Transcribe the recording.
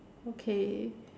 okay